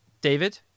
David